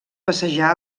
passejar